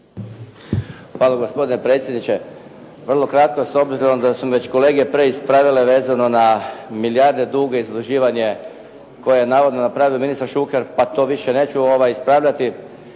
Hvala gospodine predsjedniče. Vrlo kratko, s obzirom da su već kolege preispravile vezano na milijarde dug i zaduživanje koje je navodno napravio ministar Šuker pa to više neću ispravljati,